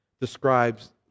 describes